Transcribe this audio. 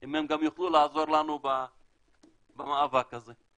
אם הם גם יוכלו לעזור לנו במאבק הזה.